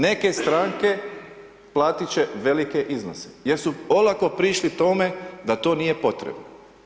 Neke stranke platit će velike iznose jer su olako prišli tome da to nije potrebno.